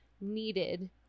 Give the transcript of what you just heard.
needed